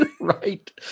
Right